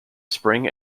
spring